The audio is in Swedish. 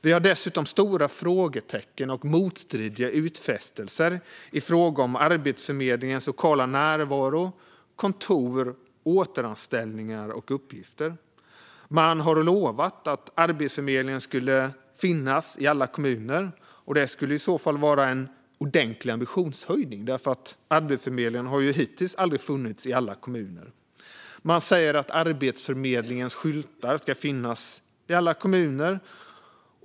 Vi har dessutom stora frågetecken och motstridiga utfästelser i fråga om Arbetsförmedlingens lokala närvaro, kontor, återanställningar och uppgifter. Man har lovat att Arbetsförmedlingen skulle finnas i alla kommuner. Det skulle i så fall vara en ordentlig ambitionshöjning, eftersom Arbetsförmedlingen hittills aldrig har funnits i alla kommuner. Man säger att Arbetsförmedlingens skyltar ska finnas i alla kommuner.